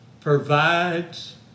provides